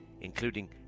including